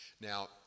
Now